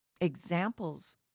examples